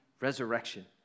resurrection